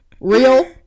Real